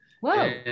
Whoa